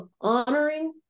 honoring